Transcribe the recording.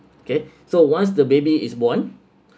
kay so once the baby is born